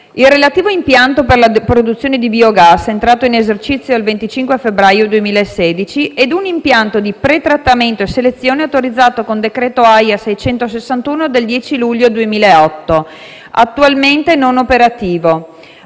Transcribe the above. il relativo impianto per la produzione di biogas, entrato in esercizio il 25 febbraio 2016, e un impianto di pretrattamento e selezione, autorizzato con decreto AIA n. 661 del 10 luglio 2008, attualmente non operativo.